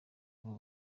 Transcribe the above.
ubu